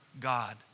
God